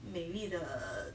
美丽的 err